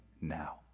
now